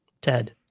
Ted